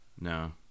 No